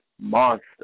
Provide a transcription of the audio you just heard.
Monster